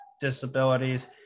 disabilities